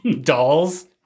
dolls